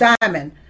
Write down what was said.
Diamond